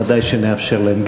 וודאי שנאפשר להם.